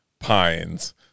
pines